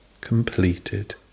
completed